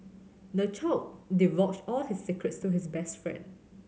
the child divulged all his secrets to his best friend